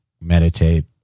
meditate